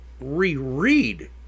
reread